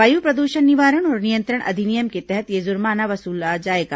वायु प्रदूषण निवारण और नियंत्रण अधिनियम के तहत यह जुर्माना वसूला जाएगा